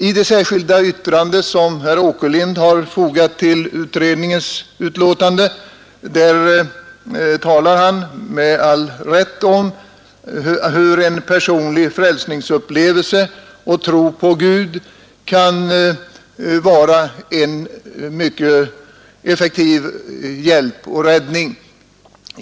I det särskilda yttrande som herr Åkerlind har fogat vid utredningens betänkande talar denne med all rätt om hur en personlig frälsningsupplevelse och tro på Gud kan vara en mycket effektiv hjälp och räddning.